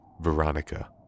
Veronica